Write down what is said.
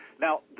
Now